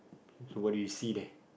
so what do you see there